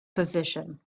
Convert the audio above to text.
position